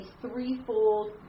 threefold